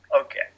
Okay